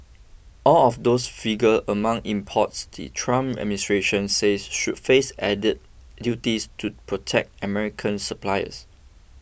all of those figure among imports the Trump administration says should face added duties to protect American suppliers